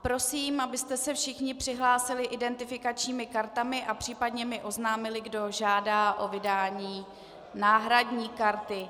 Prosím, abyste se všichni přihlásili identifikačními kartami a případně mi oznámili, kdo žádá o vydání náhradní karty.